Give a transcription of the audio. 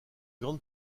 grande